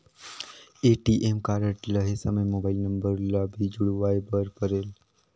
ATM card लहे समय mobile number ला भी जुड़वाए बर परेल?